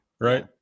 right